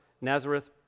Nazareth